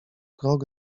krok